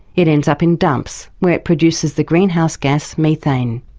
it ends up in dumps where it produces the greenhouse gas methane.